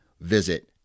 visit